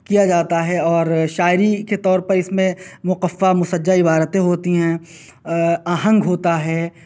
کیا جاتا ہے اور شاعری کے طور پر اس میں مقفع مسجع عبارتیں ہوتی ہیں آہنگ ہوتا ہے